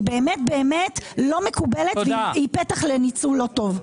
באמת לא מקובלת והיא פתח לניצול לא טוב.